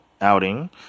outing